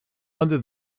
under